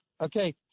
Okay